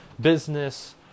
business